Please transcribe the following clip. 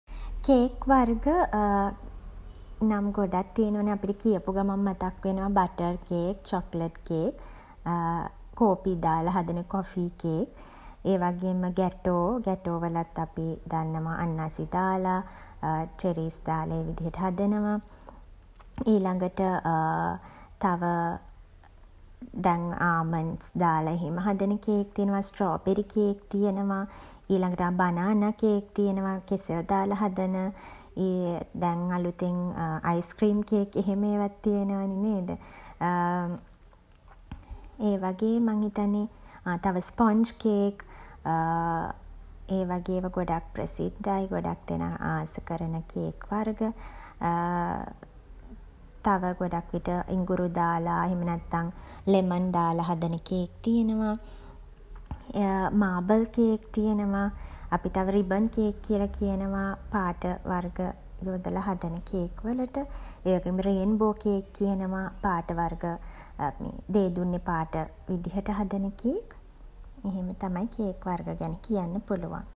Cake වර්ග නම් ගොඩක් තියෙනවනේ. අපිට කියපු ගමන් මතක් වෙනවා බටර් කේක් චොක්ලට් කේක් කෝපි දාල හදන කොෆී කේක් ඒවගේම ගැටෝ ගැටෝ වලත් අපි දන්නව අන්නාසි දාල චෙරීස් දාල ඒ විදිහට හදනවා. ඊළගට තව දැන් ආමන්ඩ්ස් දාල එහෙම හදන කේක් තියෙනවා. ස්ට්‍රෝබෙරි කේක් තියෙනවා. ඊළගට බනානා කේක් තියෙනවා කෙසෙල් දාල හදන දැන් අලුතෙන් අයිස් ක්‍රීම් කේක් එහෙම ඒවත් තියනවනෙ නේද ඒ වගේ මං හිතන්නේ ආ තව ස්පොන්ජ් කේක් ඒ වගේ ඒවා ගොඩක් ප්‍රසිද්ධයි ගොඩක් දෙනා ආස කරන කේක් වර්ග. තව ගොඩක් විට ඉඟුරු දාලා එහෙම නැත්තම් ලෙමන් දාල හදන කේක් තියනවා. මාබල් කේක් තියනවා. අපි තව රිබන් කේක් කියල කියනවා පාට වර්ග යොදල හදන කේක් වලට. රේන්බෝ කේක් කියනවා පාට වර්ග දේදුන්නේ පාට විදිහට හදන කේක්. එහෙම තමයි කේක් වර්ග ගැන කියන්න පුළුවන්.